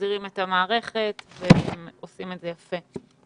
מחזירים את המערכת והם עושים את זה יפה.